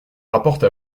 rapporte